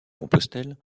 compostelle